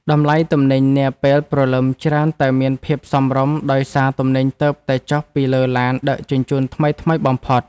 តម្លៃទំនិញនាពេលព្រលឹមច្រើនតែមានភាពសមរម្យដោយសារទំនិញទើបតែចុះពីលើឡានដឹកជញ្ជូនថ្មីៗបំផុត។